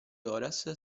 horace